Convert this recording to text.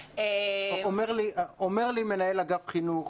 אומר לי מנהל אגף חינוך